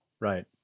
Right